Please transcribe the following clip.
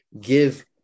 give